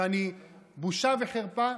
שבושה וחרפה,